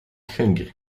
hungry